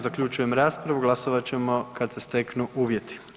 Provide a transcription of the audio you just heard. Zaključujem raspravu, glasovat ćemo kad se steknu uvjeti.